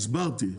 הסברתי,